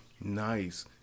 nice